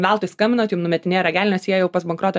veltui skambinat jum numetinėja ragelį nes jie jau pas bankroto